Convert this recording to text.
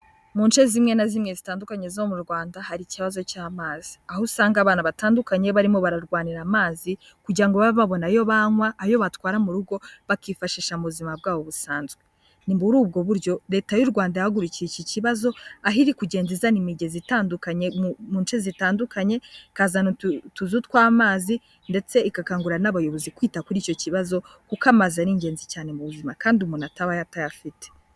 Mu nce zimwe na zimwe zitandukanye zo mu Rwanda hari ikibazo cy'amazi. Aho usanga abana batandukanye barimo bararwanira amazi, kugira ngo babe babona ayo banywa, ayo batwara mu rugo bakifashisha mu buzima bwabo busanzwe. Ni muri ubwo buryo Leta y'u Rwanda yahagurukiye iki kibazo aho iri kugenda izana imigezi itandukanye mu nce zitandukanye, ikazana utuzu tw'amazi ndetse igakangurira n'Abayobozi kwita kuri icyo kibazo, kuko amazi ari ingenzi cyane mu buzima kandi umuntu atabaho atayafite.